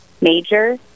major